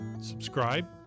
subscribe